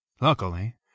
Luckily